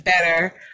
better